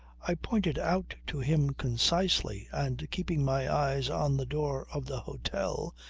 i pointed out to him concisely, and keeping my eyes on the door of the hotel,